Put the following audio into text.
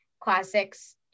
classics